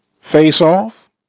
face-off